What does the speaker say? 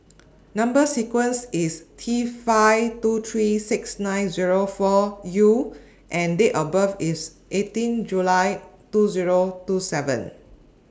Number sequence IS T five two three six nine Zero four U and Date of birth IS eighteen July two Zero two seven